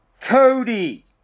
Cody